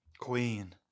Queen